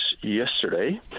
yesterday